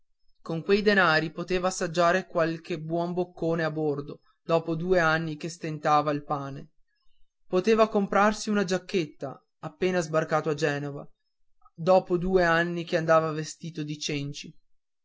con quei danari poteva assaggiare qualche buon boccone a bordo dopo due anni che stentava il pane poteva comprarsi una giacchetta appena sbarcato a genova dopo due anni che andava vestito di cenci